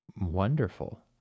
wonderful